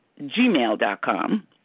Gmail.com